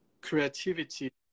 creativity